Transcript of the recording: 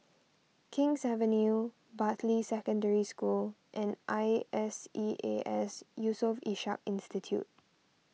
King's Avenue Bartley Secondary School and I S E A S Yusof Ishak Institute